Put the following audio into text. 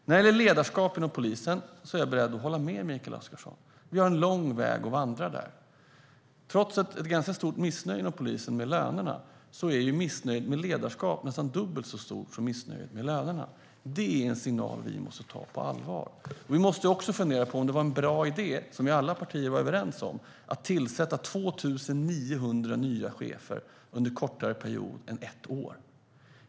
När det gäller frågan om ledarskap inom polisen är jag beredd att hålla med Mikael Oscarsson. Det är en lång väg att vandra där. Trots att det råder ett stort missnöje inom polisen med lönerna är missnöjet med ledarskapet nästan dubbelt så stort som missnöjet med lönerna. Det är en signal vi måste ta på allvar. Vi måste också fundera över om det var en bra idé, som alla partier var överens om, att tillsätta 2 900 nya chefer under en kortare period än ett år.